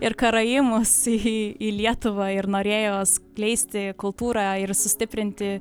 ir karaimus į į lietuvą ir norėjo skleisti kultūrą ir sustiprinti